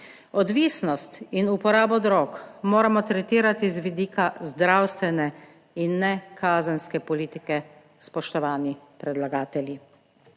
Odvisnost in uporabo drog moramo tretirati z vidika zdravstvene in ne kazenske politike, spoštovani predlagatelji.